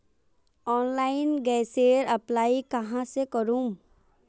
Online गैसेर apply कहाँ से करूम?